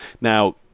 Now